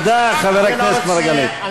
תודה, חבר הכנסת מרגלית.